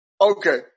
Okay